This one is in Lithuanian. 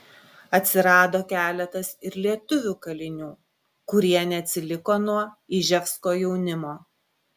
atsirado keletas ir lietuvių kalinių kurie neatsiliko nuo iževsko jaunimo